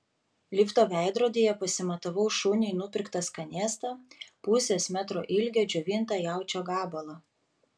lifto veidrodyje pasimatavau šuniui nupirktą skanėstą pusės metro ilgio džiovintą jaučio gabalą